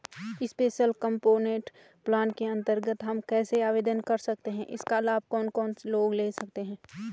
Special component plan के अन्तर्गत हम कैसे आवेदन कर सकते हैं इसका लाभ कौन कौन लोग ले सकते हैं?